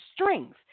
strength